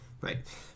right